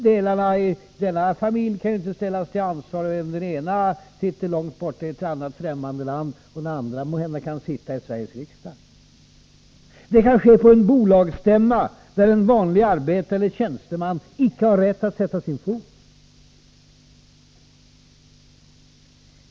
Delarna av denna familj kan ju inte ställas till ansvar, om den ena sitter långt borta i främmande land och den andra måhända i Sveriges riksdag. Det kan ske på en bolagsstämma, där en vanlig arbetare eller tjänsteman inte har rätt att sätta sin fot.